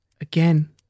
Again